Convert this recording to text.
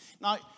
Now